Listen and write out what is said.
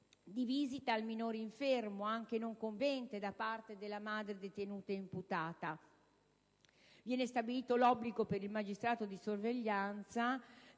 di visita al minore infermo, anche non convivente, da parte della madre detenuta imputata. Viene cioè stabilito l'obbligo per il magistrato di sorveglianza